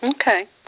Okay